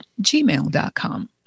gmail.com